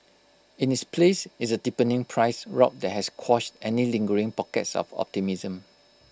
in its place is A deepening price rout that has quashed any lingering pockets of optimism